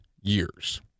years